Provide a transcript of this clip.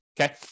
Okay